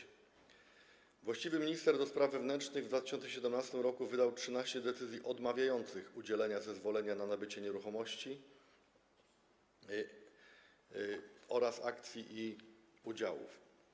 Minister właściwy do spraw wewnętrznych w 2017 r. wydał 13 decyzji odmawiających udzielenia zezwolenia na nabycie nieruchomości oraz akcji i udziałów.